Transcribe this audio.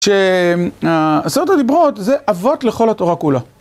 שעשרת הדיברות זה אבות לכל התורה כולה.